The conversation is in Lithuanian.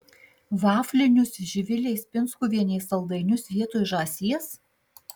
vaflinius živilės pinskuvienės saldainius vietoj žąsies